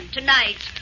Tonight